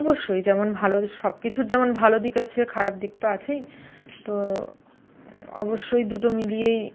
অবশ্যই যেমন ভালো আছে সব কিছুর যেমন ভালো দিক আছে খারাপ দিক তো আছেই তো অবশ্যই দুটো মিলিয়েই